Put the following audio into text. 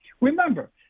Remember